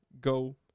go